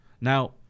Now